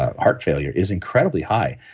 ah heart failure is incredibly high.